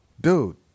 Dude